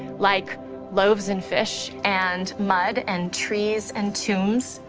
like loaves and fish and mud and trees and tombs.